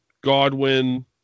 Godwin